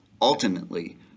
Ultimately